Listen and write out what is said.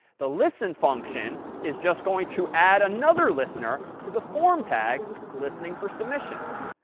the listen function is just going to add another listener to the form tag listening for submissions.